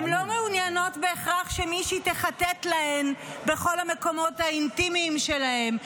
הן לא מעוניינות בהכרח שמישהי תחטט להן בכל המקומות האינטימיים שלהן.